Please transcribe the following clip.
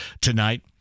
tonight